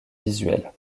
visuelles